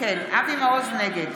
נגד